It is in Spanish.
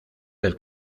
del